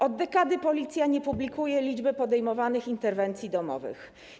Od dekady Policja nie publikuje liczby podejmowanych interwencji domowych.